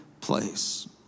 place